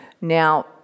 Now